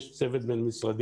יש צוות בין-משרדי.